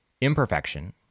imperfection